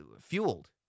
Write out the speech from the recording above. fueled